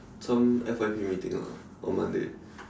some F_Y_P meeting lah on Monday